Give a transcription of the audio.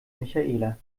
michaela